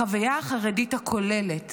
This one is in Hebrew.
החוויה החרדית הכוללת